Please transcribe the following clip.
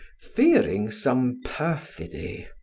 fearing some perfidy.